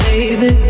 Baby